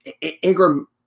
Ingram